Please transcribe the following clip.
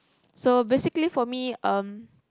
so basically for me um